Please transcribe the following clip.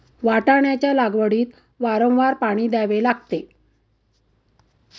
वाटाण्याच्या लागवडीत वारंवार पाणी द्यावे लागते